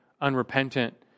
unrepentant